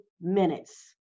minutes